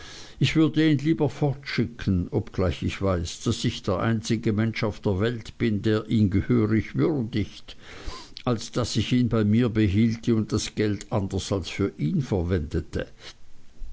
ich würde ihn lieber fortschicken obgleich ich weiß daß ich der einzige mensch auf der welt bin der ihn gehörig würdigt als daß ich ihn bei mir behielte und das geld anders als für ihn verwendete